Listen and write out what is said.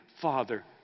Father